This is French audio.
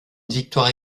victoire